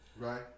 Right